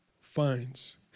finds